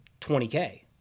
20K